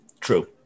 True